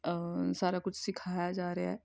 ਸਾਰਾ ਕੁਛ ਸਿਖਾਇਆ ਜਾ ਰਿਹਾ